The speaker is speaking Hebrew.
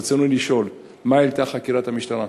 רצוני לשאול: 1. מה העלתה חקירת המשטרה?